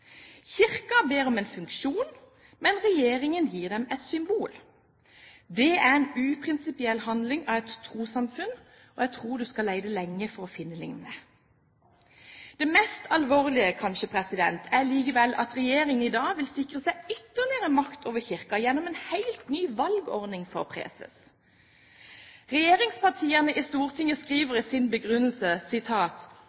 ber om en funksjon, men regjeringen gir dem et symbol. Det er en uprinsipiell behandling av et trossamfunn, og jeg tror du skal lete lenge for å finne noe lignende. Det kanskje mest alvorlige er likevel at regjeringen i dag vil sikre seg ytterligere makt over Kirken gjennom en helt ny valgordning for preses. Regjeringspartiene i Stortinget